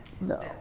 no